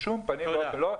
בשום פנים ואופן לא.